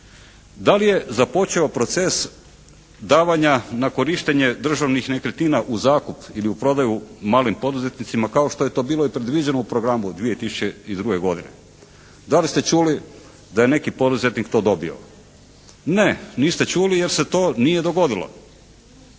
Da li je započeo proces davanja na korištenje državnih nekretnina u zakup ili u prodaju malim poduzetnicima kao što je to bilo i predviđeno u programu 2002. godine. Da li ste čuli da je neki poduzetnik to dobio? Ne, niste čuli jer se to nije dogodilo.